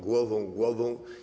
głową! głową!